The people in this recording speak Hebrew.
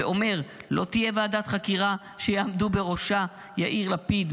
אומר: "לא תהיה ועדת חקירה שיעמדו בראשה יאיר לפיד,